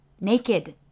Naked